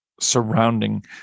surrounding